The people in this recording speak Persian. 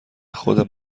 خود